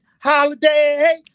Holiday